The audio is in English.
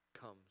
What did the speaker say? comes